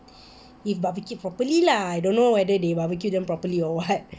if barbecued properly lah I don't know whether they barbecued them properly or what